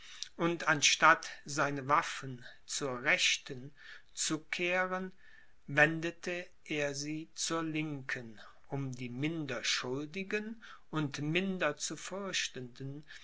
und anstatt seine waffen zur rechten zu kehren wendete er sie zur linken um die minder schuldigen und minder zu